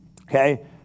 Okay